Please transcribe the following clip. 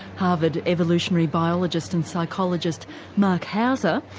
harvard evolutionary biologist and psychologist marc hauser,